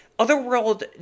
Otherworld